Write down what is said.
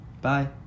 Bye